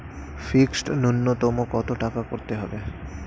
Fixed নুন্যতম কত টাকা করতে হবে?